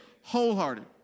Wholehearted